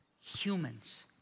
humans